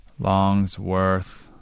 Longsworth